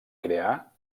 crear